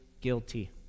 guilty